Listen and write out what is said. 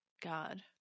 God